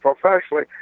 professionally